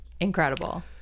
incredible